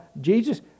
Jesus